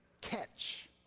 catch